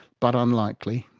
but unlikely.